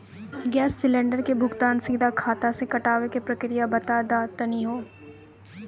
Gas cylinder के भुगतान सीधा खाता से कटावे के प्रक्रिया बता दा तनी हो?